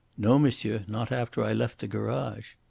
no, monsieur not after i left the garage.